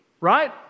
right